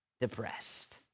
depressed